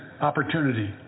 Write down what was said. opportunity